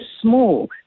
small